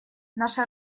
наша